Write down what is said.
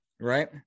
Right